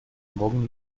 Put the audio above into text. morgen